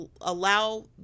allow